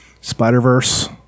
Spider-Verse